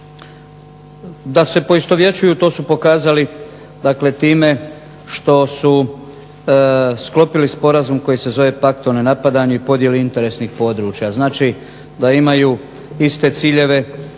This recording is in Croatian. Da se poistovjećuju to su pokazali dakle time što su sklopili sporazum koji se zove Pakt o nenapadanju i podjeli interesnih područja. Znači, da imaju iste ciljeve